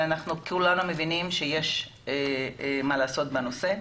אבל כולנו מבינים שיש מה לעשות בנושא.